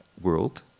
world